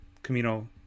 camino